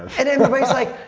and everybody's like,